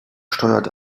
steuert